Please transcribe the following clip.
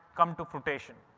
come to fruition.